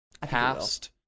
past